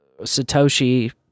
Satoshi